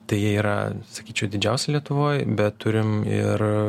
tai jie yra sakyčiau didžiausi lietuvoj bet turim ir